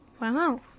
Wow